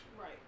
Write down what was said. right